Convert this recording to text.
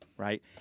Right